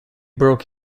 broke